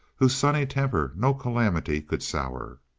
whose sunny temper no calamity could sour.